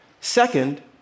Second